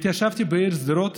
התיישבתי בעיר שדרות